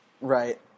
Right